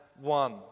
one